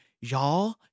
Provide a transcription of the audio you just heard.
y'all